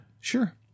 Sure